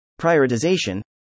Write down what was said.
prioritization